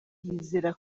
yizera